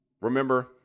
Remember